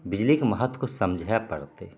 बिजलीक महत्व किछु समझए पड़तै